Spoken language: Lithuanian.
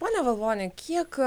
pone valvonai kiek